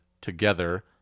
together